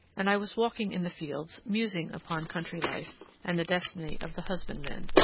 and i was walking in the fields, musing upon country-life and the destiny of the husbandman.